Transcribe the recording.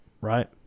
right